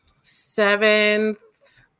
seventh